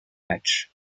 match